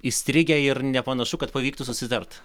įstrigę ir nepanašu kad pavyktų susitart